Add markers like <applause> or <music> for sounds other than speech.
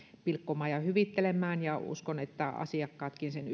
pilkkomaan ja hyvittelemään ja uskon että asiakkaatkin sen <unintelligible>